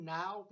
now